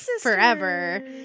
forever